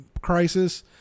crisis